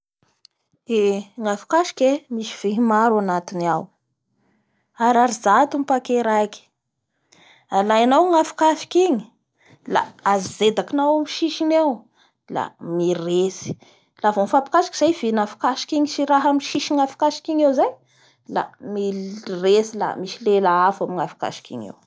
Ny afokasoky e misy vihiny maro ny anatiny ao ariarizato ny paquet raiky, alaianao gnafokasoky igny la ajedakinao amin'ny sisisny eo la miretsy, aha vo mifampikasiky zay i vihy ny afokasoky igny sy raha amin'ny sisiny afokasoky igny eo zay la mir-miretsy la lela afo amin'ny afokasoky igny eo.